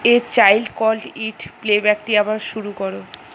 A child called it প্লেব্যাকটি আবার শুরু করো